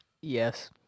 Yes